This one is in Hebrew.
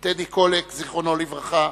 טדי קולק, זיכרונו לברכה,